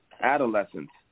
adolescents